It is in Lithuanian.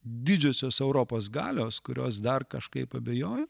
didžiosios europos galios kurios dar kažkaip abejojo